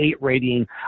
rating